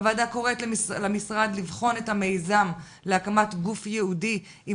הוועדה קוראת למשרד לבחון את המיזם להקמת גוף ייעודי עם